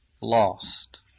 lost